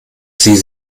sie